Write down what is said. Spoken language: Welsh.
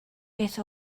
beth